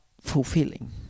fulfilling